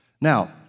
Now